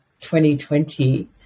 2020